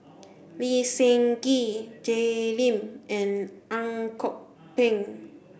Lee Seng Gee Jay Lim and Ang Kok Peng